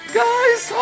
guys